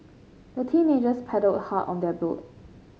the teenagers paddled hard on their boat